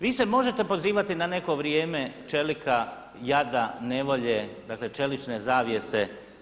Vi se možete pozivati na neki vrijeme čelika, jada, nevolje, dakle čelične zavjese.